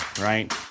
right